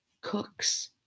cooks